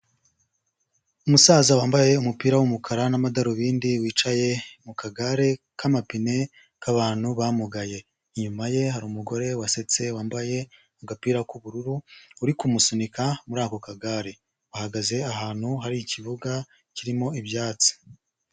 Umusaza wambaye umupira w'umukara n'amadarubindi wicaye mu kagare k'amapine k'abantu bamugaye, inyuma ye hari umugore wasetse wambaye agapira k'ubururu uri kumusunika muri ako kagare, ahagaze ahantu hari ikibuga kirimo ibyatsi.